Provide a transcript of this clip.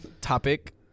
topic